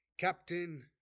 Captain